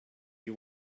you